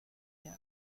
year